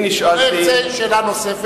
אם ירצה שאלה נוספת,